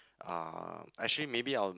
ah actually maybe I'll